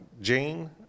Jane